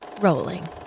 Rolling